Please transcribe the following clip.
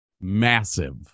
Massive